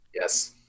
yes